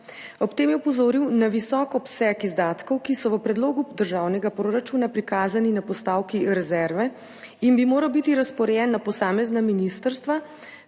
Ob tem je opozoril na visok obseg izdatkov, ki so v predlogu državnega proračuna prikazani na postavki rezerve in bi morali biti razporejeni na posamezna ministrstva,